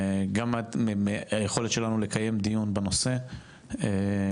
גם את היכולת שלנו לקיים דיון בנושא נפגעה,